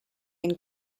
and